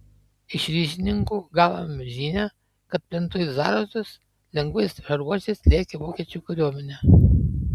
iš ryšininkų gavome žinią kad plentu į zarasus lengvais šarvuočiais lėkė vokiečių kariuomenė